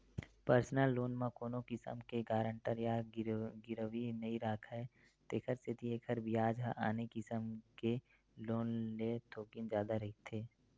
personal loan म कोनो किसम के गारंटर या गिरवी नइ राखय तेखर सेती एखर बियाज ह आने किसम के लोन ले थोकिन जादा रहिथे